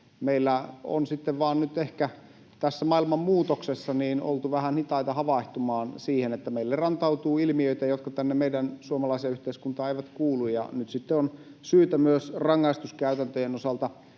Meillä on sitten vaan nyt ehkä tässä maailman muutoksessa oltu vähän hitaita havahtumaan siihen, että meille rantautuu ilmiöitä, jotka tänne meidän suomalaiseen yhteiskuntaan eivät kuulu. Nyt sitten on syytä myös rangaistuskäytäntöjen osalta